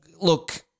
look